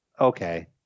Okay